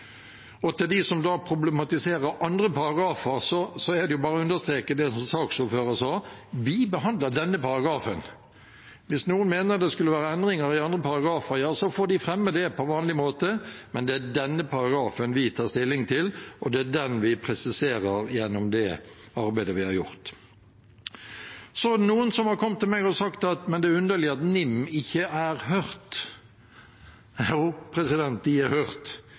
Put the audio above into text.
Til dem som problematiserer andre paragrafer, er det bare å understreke det som komitélederen sa, at vi behandler denne paragrafen, og hvis noen mener det skulle vært endringer i andre paragrafer, ja, så får de fremme det på vanlig måte, men det er denne paragrafen vi tar stilling til, og det er den vi presiserer gjennom det arbeidet vi har gjort. Noen har kommet til meg og sagt at det er underlig at NIM ikke er hørt. Jo, de er hørt.